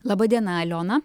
laba diena aliona